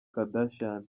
kardashian